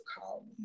call